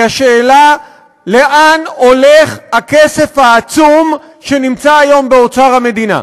השאלה לאן הולך הכסף העצום שנמצא היום באוצר המדינה.